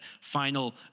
final